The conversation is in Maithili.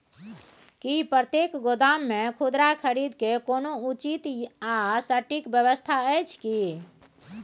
की प्रतेक गोदाम मे खुदरा खरीद के कोनो उचित आ सटिक व्यवस्था अछि की?